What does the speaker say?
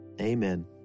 amen